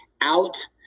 out